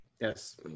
Yes